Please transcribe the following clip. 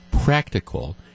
practical